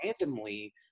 randomly